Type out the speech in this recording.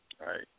right